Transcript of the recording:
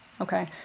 okay